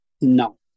No